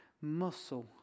muscle